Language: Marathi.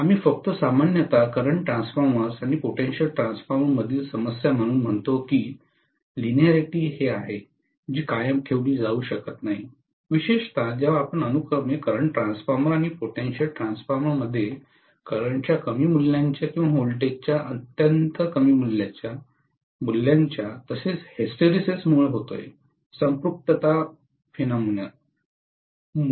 आम्ही फक्त सामान्यत करंट ट्रान्सफॉर्मर्स आणि पोटेंशियल ट्रान्सफॉर्मर मधील समस्या म्हणून म्हणतो की लिनिअरिटी हे आहे जी कायम ठेवली जाऊ शकत नाही विशेषत जेव्हा आपण अनुक्रमे करंट ट्रान्सफॉर्मर्स आणि पोटेंशियल ट्रान्सफॉर्मर मध्ये करंटच्या कमी मूल्यांच्या आणि व्होल्टेजच्या अत्यंत कमी मूल्यांच्या तसेच हिस्टरेसिसमुळे होतो संपृक्तता फेनॉमेणामुळे